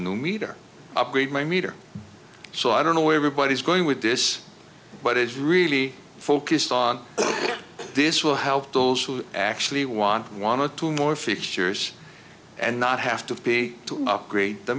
new meter upgrade my meter so i don't know where everybody's going with this but it's really focused on this will help those who actually want one or two more features and not have to be to upgrade the